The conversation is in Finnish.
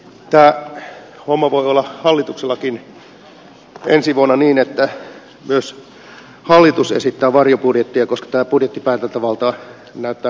tämä homma voi olla hallituksellakin ensi vuonna niin että myös hallitus esittää varjobudjettia koska tämä budjettipäätäntävalta näyttää menevän komissiolle